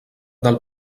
del